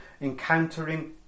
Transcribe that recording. encountering